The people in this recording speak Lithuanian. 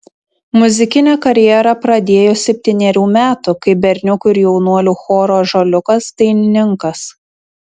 muzikinę karjerą pradėjo septynerių metų kaip berniukų ir jaunuolių choro ąžuoliukas dainininkas